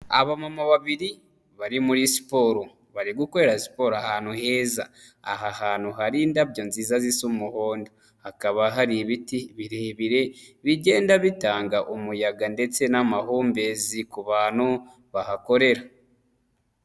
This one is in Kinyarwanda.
Abamama babiri bari muri siporobari gukorera siporo ahantu heza. Aha hantu hari indabyo nziza zisa umuhondo. Hakaba hari ibiti birebire bigenda bitanga umuyaga ndetse n'amahumbezi ku bantu bahakorera.